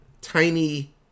tiny